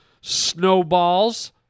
Snowballs